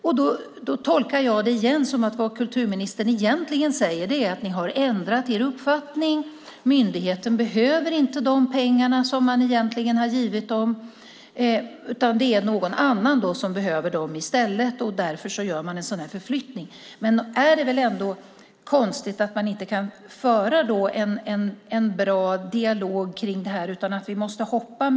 Jag tolkar det igen som att vad kulturministern egentligen säger är att ni har ändrat uppfattning. Myndigheten behöver inte de pengar som man har givit dem, utan det är någon annan som behöver dem i stället. Därför gör man en förflyttning. Nog är det väl ändå konstigt att man inte kan föra en bra dialog om det här utan måste hoppa.